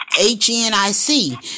H-N-I-C